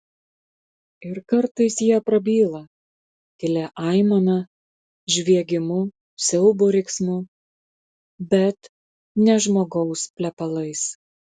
ir kartais jie prabyla tylia aimana žviegimu siaubo riksmu bet ne žmogaus plepalais